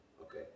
Okay